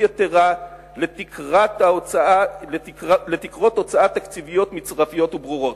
יתירה לתקרות הוצאה תקציביות מצרפיות וברורות.